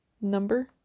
number